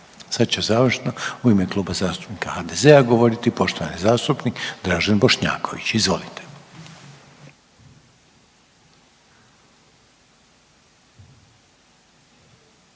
Sad će završno u ime Kluba zastupnika HDZ-a govoriti poštovani zastupnik Dražen Bošnjaković. Izvolite.